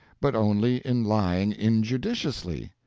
but only in lying injudiciously.